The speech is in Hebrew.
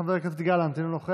חבר הכנסת יברקן, אינו נוכח,